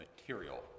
material